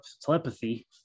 telepathy